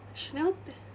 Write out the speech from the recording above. she never te~